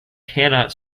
cannot